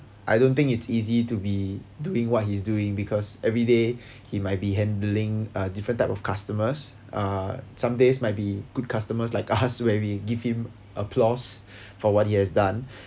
I don't think it's easy to be doing what he's doing because everyday he might be handling a different type of customers uh some days might be good customers like us where we give him applause for what he has done